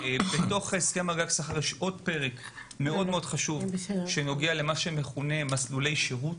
בתוך הסכם הגג שכר יש עוד פרק מאוד חשוב שנוגע למסלולי שירות.